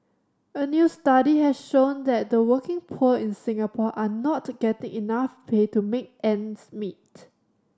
a new study has shown that the working poor in Singapore are not getting enough pay to make ends meet